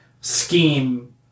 scheme